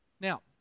Now